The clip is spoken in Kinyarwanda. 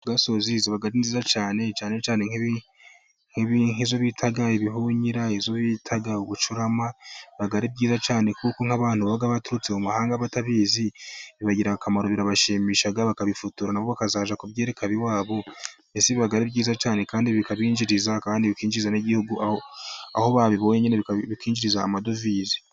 Ziba ari nziza cyane cyane izo bita ibihunyira, izo bita uducurama , aba ari byiza cyane kuko nk'abantu baturutse mu mahanga batabizi bibagigirarira akamaro, birabashimisha, bakabifotora na bo bakazajya kubyereka ab'iwabo. Mbese biba ari byiza cyane kandi bikabinjiriza. kandi bikinjiza n'igihugu aho babibonye bikinjiriza amadovize.